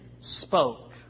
spoke